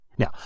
Now